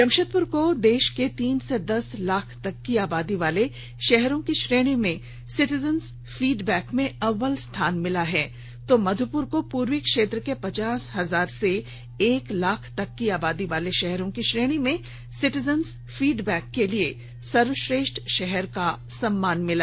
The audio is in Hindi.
जमशेदपुर को देश के तीन से दस लाख तक की आबादीवाले शहरों की श्रेणी में सिटीजंस फीडबैक में अव्वल स्थान मिला है तो मधुपुर को पूर्वी क्षेत्र को पचास हजार से एक लाख तक की आबादी वाले शहरों की श्रेणी में सिटीजंस फीडबैक के लिए सर्वेश्रेष्ठ शहर का सम्मान मिला